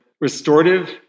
restorative